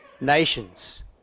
nations